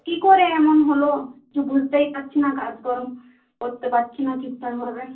কী করে এমন হলো বুঝতেই পারছি না কাজকর্ম করতে পারছি না ঠিকঠাকভাবে